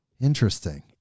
Interesting